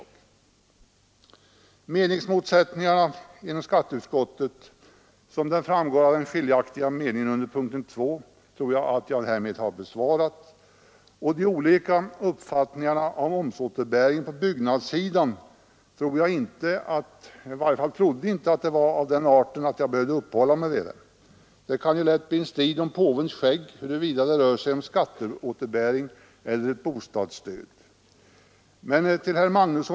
Jag tror att jag härmed har besvarat frågan hur det ligger till med de meningsmotsättningar som finns inom skatteutskottet beträffande den omstridda meningen under punkten 2. Jag trodde inte att de olika uppfattningarna om momsåterbäring på byggnadssidan var av den arten att jag behövde uppehålla mig vid dem. Huruvida det rör sig om skatteåterbäring eller bostadsstöd kan lätt bli en strid om påvens skägg.